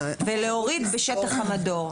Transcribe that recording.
להוריד "בשטח המדור".